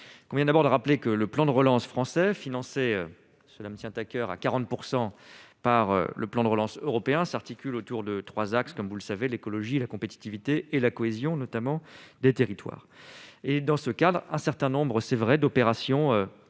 combien d'abord de rappeler que le plan de relance français financés, cela me tient à coeur à 40 % par le plan de relance européen s'articule autour de 3 axes, comme vous le savez, l'écologie et la compétitivité et la cohésion notamment des territoires et dans ce cadre et un certain nombre, c'est vrai, d'opérations relatives